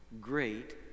great